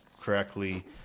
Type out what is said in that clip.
correctly